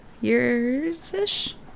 years-ish